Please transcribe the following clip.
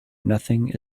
nothing